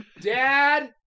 Dad